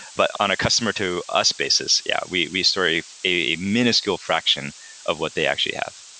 but on a customer to us basis, yeah, we we store a a minuscule fraction of what they actually have.